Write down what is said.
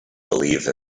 believe